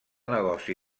negoci